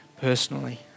personally